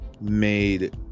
Made